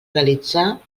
realitzar